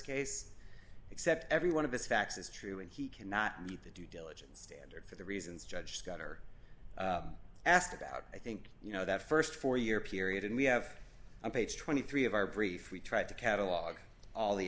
case except every one of his facts is true and he cannot meet the due diligence standard for the reasons judge got or asked about i think you know that st four year period and we have on page twenty three of our brief we tried to catalog all the